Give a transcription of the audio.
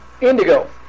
Indigo